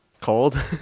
Cold